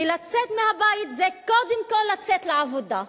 כי לצאת מהבית זה קודם כול לצאת לעבודה.